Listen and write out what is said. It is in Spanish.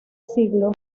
siglo